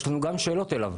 יש לנו שאלות גם אליו.